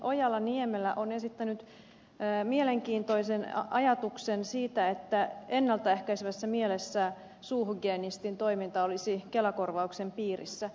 ojala niemelä on esittänyt mielenkiintoisen ajatuksen siitä että ennalta ehkäisevässä mielessä suuhygienistin toiminta olisi kelakor vauksen piirissä